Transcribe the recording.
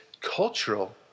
cultural